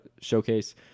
showcase